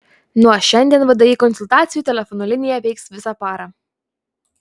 nuo šiandien vdi konsultacijų telefonu linija veiks visą parą